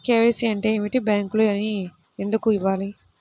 KYC అంటే ఏమిటి? బ్యాంకులో అవి ఎందుకు ఇవ్వాలి?